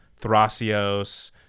Thrasios